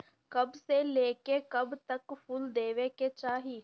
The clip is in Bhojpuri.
कब से लेके कब तक फुल देवे के चाही?